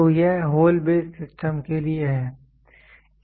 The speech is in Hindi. तो यह होल बेस सिस्टम के लिए है